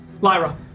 lyra